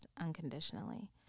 unconditionally